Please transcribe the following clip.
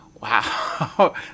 Wow